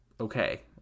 okay